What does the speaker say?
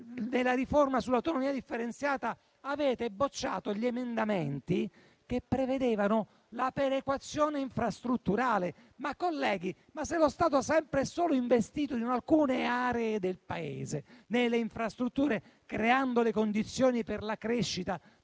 nella riforma sull'autonomia differenziata avete bocciato gli emendamenti che prevedevano la perequazione infrastrutturale? Colleghi, se lo Stato ha sempre e solo investito in alcune aree del Paese nelle infrastrutture, creando le condizioni per la crescita